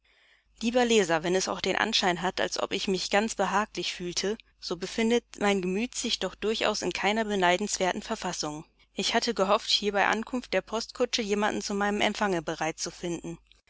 lieber leser wenn es auch den anschein hat als ob ich mich ganz behaglich fühlte so befindet mein gemüt sich doch durchaus in keiner beneidenswerten verfassung ich hatte gehofft hier bei ankunft der postkutsche jemanden zu meinen empfange bereit zu finden